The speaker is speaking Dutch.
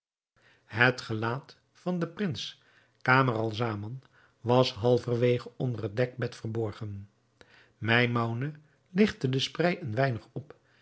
het gelaat van den prins camaralzaman was halverwege onder het dekbed verborgen maimoune ligtte de sprei een weinig op